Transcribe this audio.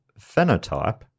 phenotype